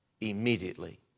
immediately